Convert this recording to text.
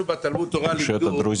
האוצר.